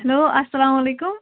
hello السلامُ علیکُم